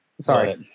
Sorry